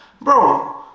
Bro